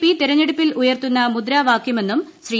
P തിരഞ്ഞെടുപ്പിൽ ഉയർത്തുന്ന മുദ്രാവാക്യമെന്നും ശ്രീ